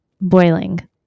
boiling